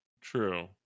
True